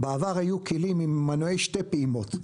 בעבר היו כלים עם מנועי שתי פעימות,